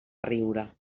riure